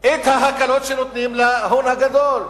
את ההקלות שנותנים להון הגדול.